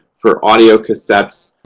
for audiocassettes,